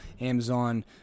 Amazon